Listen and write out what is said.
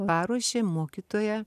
paruošė mokytoja